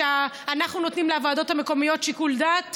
שאנחנו נותנים לוועדות המקומיות שיקול דעת